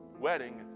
wedding